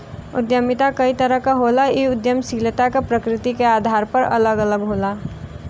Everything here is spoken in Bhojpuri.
उद्यमिता कई तरह क होला इ उद्दमशीलता क प्रकृति के आधार पर अलग अलग होला